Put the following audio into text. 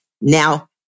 Now